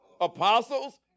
Apostles